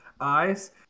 eyes